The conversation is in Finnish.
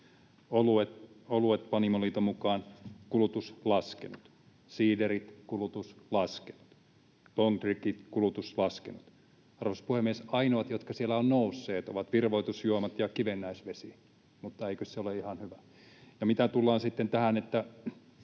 ja Panimoliiton mukaan: olut — kulutus laskenut, siiderit — kulutus laskenut, long drinkit — kulutus laskenut. Arvoisa puhemies, ainoat, jotka siellä ovat nousseet, ovat virvoitusjuomat ja kivennäisvesi. Mutta eikös se ole ihan hyvä? Ja mitä tulee sitten tähän, mitä